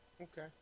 Okay